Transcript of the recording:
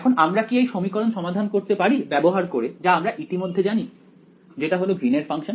এখন আমরা কি এই সমীকরণ সমাধান করতে পারি ব্যবহার করে যা আমরা ইতিমধ্যে জানি যেটা হলো গ্রীন এর ফাংশন